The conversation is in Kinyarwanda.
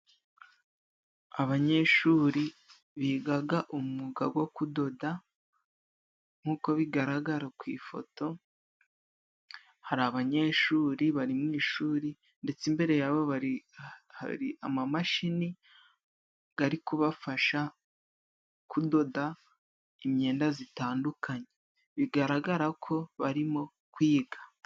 Abanyeshuri bigaga umwuga wo kudoda, nkuko bigaragara ku ifoto, hari abanyeshuri bari mu ishuri ndetse imbere yabo hari amamashini gariri kubafasha kudoda imyenda zitandukanye. Bigaragara ko barimo kwiga.